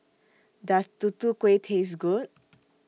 Does Tutu Kueh Taste Good